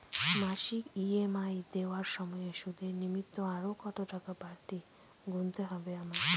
মাসিক ই.এম.আই দেওয়ার সময়ে সুদের নিমিত্ত আরো কতটাকা বাড়তি গুণতে হবে আমায়?